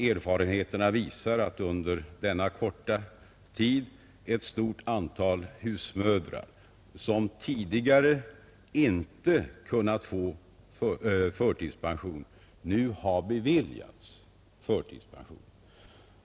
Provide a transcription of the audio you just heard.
Erfarenheterna visar att under denna korta tid ett stort antal husmödrar 163 som tidigare inte kunnat få förtidspension nu har beviljats sådan.